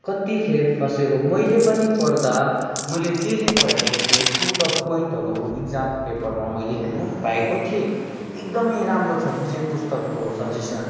कति खेप फसेको मैले पनि पढ्दा मैले जे जे पढेको थिएँ टू द पोइन्टहरू इग्जाम पेपरमा मैले हेर्नु पाएको थिएँ एकदमै राम्रो छ विजय पुस्तकको सजेसन